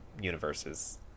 universes